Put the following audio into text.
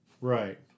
right